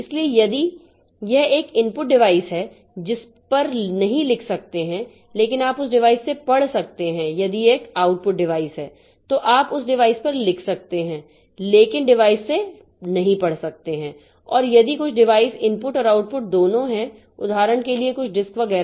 इसलिए यदि यह एक इनपुट डिवाइस है जिसे पर नहीं लिख सकते हैं लेकिन आप उस डिवाइस से पढ़ सकते हैं यदि यह एक आउटपुट डिवाइस है तो आप उस डिवाइस पर लिख सकते हैं लेकिन डिवाइस से नहीं पढ़ सकते हैं और यदि कुछ डिवाइस इनपुट और आउटपुट दोनों हैं उदाहरण के लिए कुछ डिस्क वगैरह